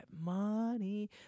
money